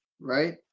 right